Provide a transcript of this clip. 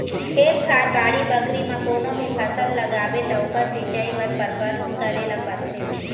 खेत खार, बाड़ी बखरी म कोनो भी फसल लगाबे त ओखर सिंचई बर परबंध करे ल परथे